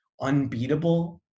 unbeatable